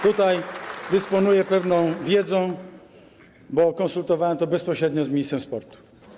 Tutaj dysponuję pewną wiedzą, bo konsultowałem to bezpośrednio z ministrem sportu.